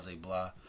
blah